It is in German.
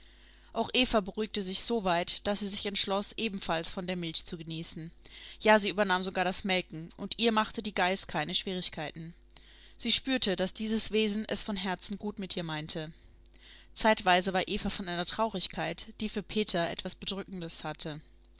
auch eva beruhigte sich so weit daß sie sich entschloß ebenfalls von der milch zu genießen ja sie übernahm sogar das melken und ihr machte die geiß keine schwierigkeiten sie spürte daß dieses wesen es von herzen gut mit ihr meinte zeitweise war eva von einer traurigkeit die für peter etwas bedrückendes hatte